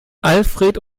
alfred